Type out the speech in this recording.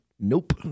Nope